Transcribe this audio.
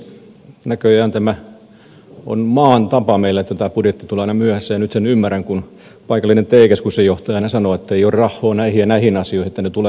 näköjään tämä on maan tapa meillä että budjetti tulee aina myöhässä ja nyt sen ymmärrän kun paikallinen te keskuksen johtaja aina sanoo että ei oo rahhoo näihin ja näihin asioihin että ne tulee sitten lisätalousarviossa